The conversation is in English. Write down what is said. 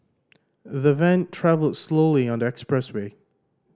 the van travelled slowly on the expressway